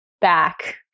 back